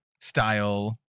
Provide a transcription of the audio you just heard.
style